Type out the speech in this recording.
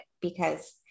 because-